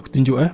into ah